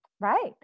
Right